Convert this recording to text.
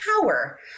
power